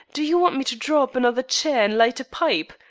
do you want me to draw up another chair and light a pipe?